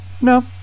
No